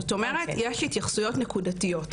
זאת אומרת, יש התייחסויות נקודתיות.